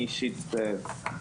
אני אישית דיברתי,